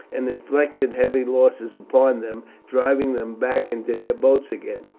and inflicted heavy losses upon them, driving them back into their boats again.